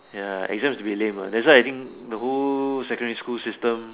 ya exam a bit lame uh that's why I think the whole secondary school system